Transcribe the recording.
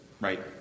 right